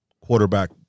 quarterback